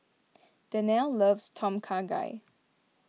Danelle loves Tom Kha Gai